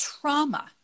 trauma